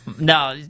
No